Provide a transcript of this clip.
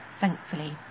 thankfully